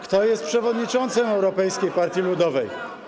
Kto jest przewodniczącym Europejskiej Partii Ludowej?